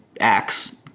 acts